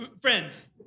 Friends